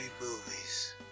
movies